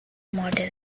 model